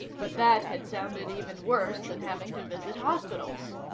but that had sounded even worse than having to visit hospitals.